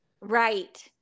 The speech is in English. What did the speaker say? right